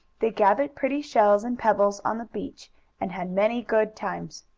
they gathered pretty shells and pebbles on the beach and had many good times.